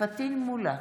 פטין מולא,